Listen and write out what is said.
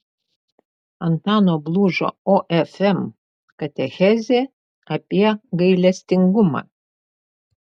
antano blužo ofm katechezė apie gailestingumą